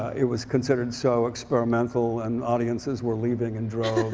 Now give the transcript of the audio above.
it was considered so experimental and audiences were leaving in droves.